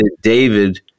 David